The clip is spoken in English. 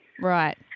Right